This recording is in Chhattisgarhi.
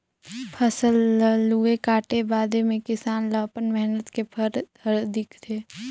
फसल ल लूए काटे बादे मे किसान ल अपन मेहनत के फर हर दिखथे